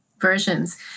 versions